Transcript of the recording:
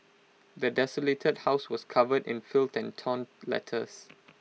the desolated house was covered in filth and torn letters